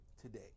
today